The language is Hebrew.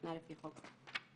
שניתנה לפי חוק זה"".